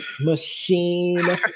machine